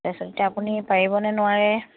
তাৰপিছত এতিয়া আপুনি পাৰিবনে নোৱাৰে